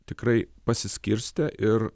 tikrai pasiskirstė ir